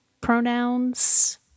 pronouns